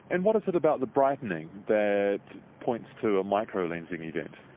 and what is it about the brightening that points to a microlensing event?